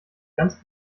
ganz